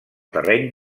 terreny